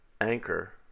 anchor